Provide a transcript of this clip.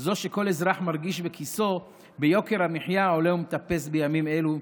זו שכל אזרח מרגיש בכיסו ביוקר המחיה העולה ומטפס בימים אלו.